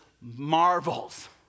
marvels